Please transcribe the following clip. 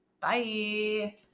Bye